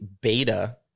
beta